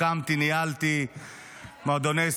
הקמתי וניהלתי מועדוני ספורט,